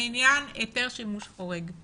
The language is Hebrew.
לעניין היתר שימוש חורג.